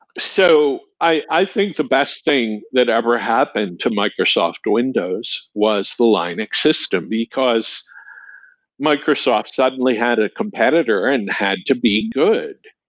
so, i think the best thing that ever happened to microsoft windows was the linux system, because microsoft suddenly had a competitor and had to be good,